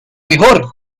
mejor